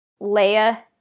Leia